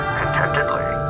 contentedly